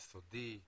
יסודי,